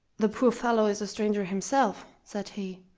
the poor fellow is a stranger himself, said he,